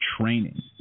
training